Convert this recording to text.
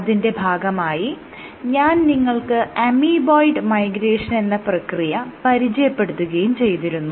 അതിൻറെ ഭാഗമായി ഞാൻ നിങ്ങൾക്ക് അമീബോയ്ഡ് മൈഗ്രേഷൻ എന്ന പ്രക്രിയ പരിചയപ്പെടുത്തുകയും ചെയ്തിരുന്നു